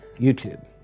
YouTube